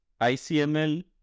ICML